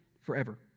forever